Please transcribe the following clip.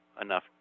enough